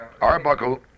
Arbuckle